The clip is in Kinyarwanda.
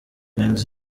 gangs